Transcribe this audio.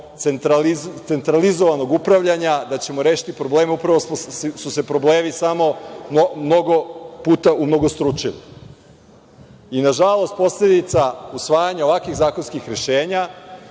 centralizovanog upravljanja da ćemo rešiti probleme. Upravo su se problemi samo mnogo puta umnogostručili. Na žalost, posledica usvajanja ovakvih zakonskih rešenja